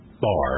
bar